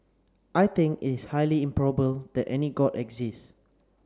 I think its highly that any god exists